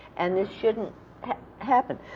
and this shouldn't happen.